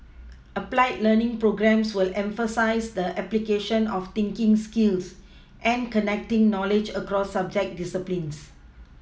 applied learning programmes will emphasise the application of thinking skills and connecting knowledge across subject disciplines